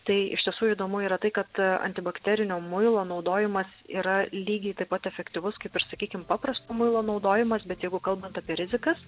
tai iš tiesų įdomu yra tai kad antibakterinio muilo naudojimas yra lygiai taip pat efektyvus kaip ir sakykim paprasto muilo naudojimas bet jeigu kalbant apie rizikas